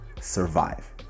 survive